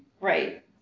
Right